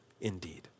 indeed